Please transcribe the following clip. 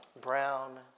brown